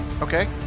Okay